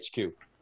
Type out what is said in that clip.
HQ